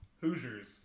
Hoosiers